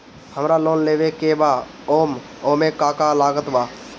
हमरा लोन लेवे के बा ओमे का का लागत बा?